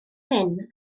hyn